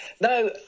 no